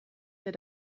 der